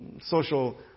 Social